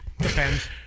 Depends